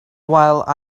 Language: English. while